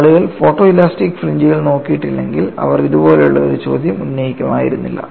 ആളുകൾ ഫോട്ടോലാസ്റ്റിക് ഫ്രിഞ്ച്കളിലേക്ക് നോക്കിയിട്ടില്ലെങ്കിൽ അവർ ഇതുപോലുള്ള ഒരു ചോദ്യം ഉന്നയിക്കുമായിരുന്നില്ല